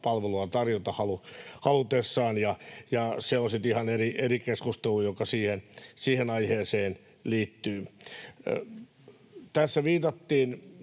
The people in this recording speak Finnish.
palvelua tarjota halutessaan. Se on sitten ihan eri keskustelu, joka siihen aiheeseen liittyy. Tässä, taisi